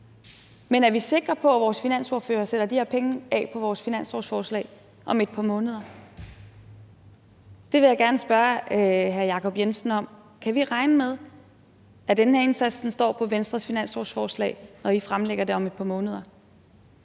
vi er sikre på, at vores finansordførere sætter de penge af på vores finanslovforslag om et par måneder. Det vil jeg gerne spørge hr. Jacob Jensen om. Kan vi regne med, at den her indsats står på Venstres finanslovsforslag, når I fremlægger det om et par måneder?